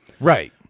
Right